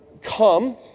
Come